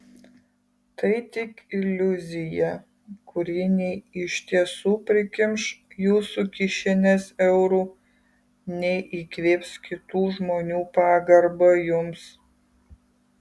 tai tik iliuzija kuri nei iš tiesų prikimš jūsų kišenes eurų nei įkvėps kitų žmonių pagarbą jums